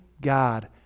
God